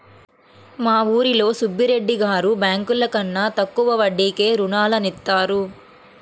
మా ఊరిలో సుబ్బిరెడ్డి గారు బ్యేంకుల కన్నా తక్కువ వడ్డీకే రుణాలనిత్తారు